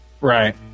Right